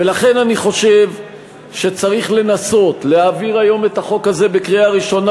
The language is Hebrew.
ולכן אני חושב שצריך לנסות להעביר היום את החוק הזה בקריאה ראשונה,